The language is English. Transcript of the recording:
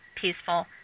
peaceful